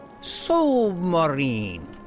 Submarine